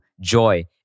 joy